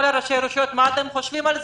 כל ראשי הרשויות: מה אתם חושבים על זה?